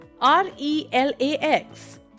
R-E-L-A-X